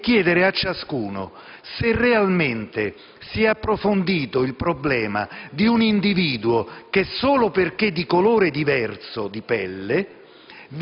per chiedere a ognuno se realmente ha approfondito il problema di un individuo che, solo perché di colore di pelle